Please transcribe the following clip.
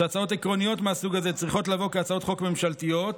היא שהצעות עקרוניות מהסוג הזה צריכות לבוא כהצעות חוק ממשלתיות.